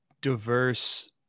diverse